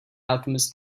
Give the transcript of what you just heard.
alchemist